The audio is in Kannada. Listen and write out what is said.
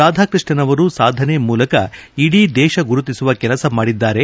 ರಾಧಾಕೃಷ್ಣನ್ ಅವರು ಸಾಧನೆ ಮೂಲಕ ಇಡೀ ದೇಶ ಗುರುತಿಸುವ ಕೆಲಸ ಮಾಡಿದ್ದಾರೆ